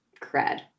cred